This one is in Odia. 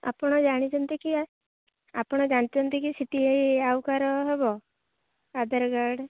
ଆପଣ ଜାଣିଛନ୍ତି କି ଆପଣ ଜାଣିଛନ୍ତି କି ସେଠି ଆଉ କାହାର ହବ ଆଧାରକାର୍ଡ଼